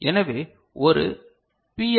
எனவே ஒரு பி